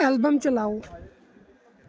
album ਚਲਾਓ